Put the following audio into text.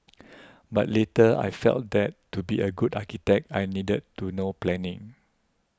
but later I felt that to be a good architect I needed to know planning